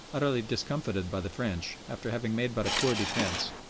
utterly discomfited by the french, after having made but a poor defence,